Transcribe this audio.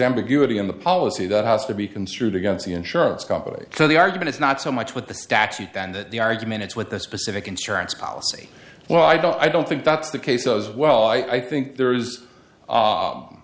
ambiguity in the policy that has to be construed against the insurance company so the argument is not so much what the statute than that the argument it's what the specific insurance policy well i don't i don't think that's the case as well i think there is